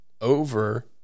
over